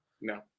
No